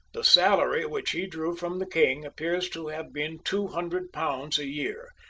the salary which he drew from the king appears to have been two hundred pounds a year,